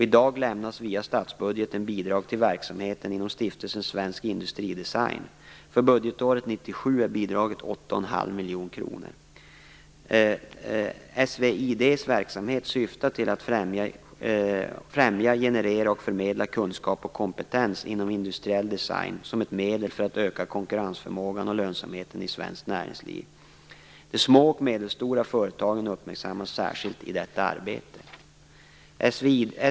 I dag lämnas via statsbudgeten bidrag till verksamheten inom Stiftelsen SVID:s verksamhet syftar till att främja, generera och förmedla kunskap och kompetens inom industriell design som ett medel för att öka konkurrensförmågan och lönsamheten i svenskt näringsliv. De små och medelstora företagen uppmärksammas särskilt i detta arbete.